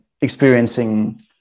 experiencing